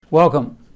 Welcome